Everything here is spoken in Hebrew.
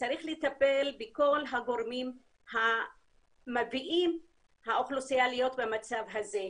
צריך לטפל בכל הגורמים שמביאים את האוכלוסייה להיות במצב הזה.